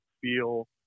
feel